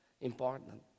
important